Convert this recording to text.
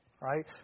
right